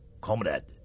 Comrade